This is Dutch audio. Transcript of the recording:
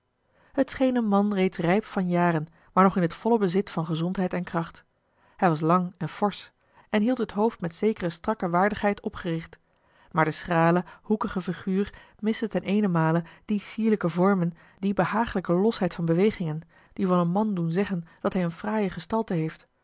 een man reeds rijp van jaren maar nog in t volle bezit van gezondheid en kracht hij was lang en forsch en hield het hoofd met zekere strakke waardigheid opgericht maar de schrale hoekige figuur miste ten eenemale die sierlijke vormen die behaaglijke losheid van bewegingen die van een man doen zeggen dat hij eene fraaie gestalte heeft